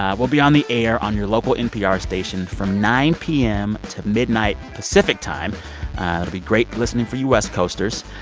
ah we'll be on the air on your local npr station from nine p m. to midnight pacific time. it'll be great listening for you west coasters.